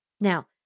Now